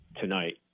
tonight